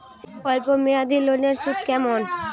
অল্প মেয়াদি লোনের সুদ কেমন?